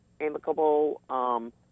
amicable